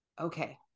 okay